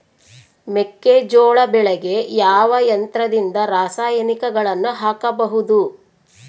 ಮೆಕ್ಕೆಜೋಳ ಬೆಳೆಗೆ ಯಾವ ಯಂತ್ರದಿಂದ ರಾಸಾಯನಿಕಗಳನ್ನು ಹಾಕಬಹುದು?